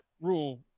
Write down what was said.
Rule